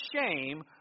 shame